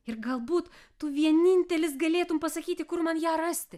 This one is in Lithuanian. ir galbūt tu vienintelis galėtum pasakyti kur man ją rasti